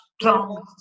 strong